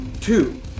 Two